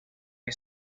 che